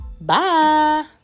bye